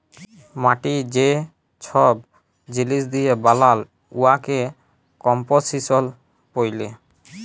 মাটি যে ছব জিলিস দিঁয়ে বালাল উয়াকে কম্পসিশল ব্যলে